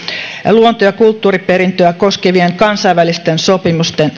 luonto ja kulttuuriperintöä koskevien kansainvälisten sopimusten